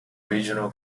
regional